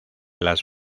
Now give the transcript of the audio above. las